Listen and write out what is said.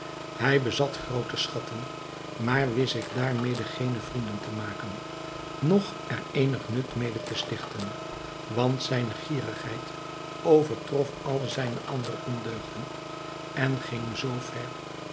hij bezat groote schatten maar wist zich daarmede geene vrienden te maken noch er eenig nut mede te stichten want zijne gierigheid overtrof alle zijne andere ondeugden en ging zoover dat